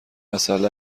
میشله